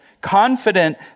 Confident